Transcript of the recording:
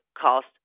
cost